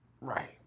Right